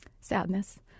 sadness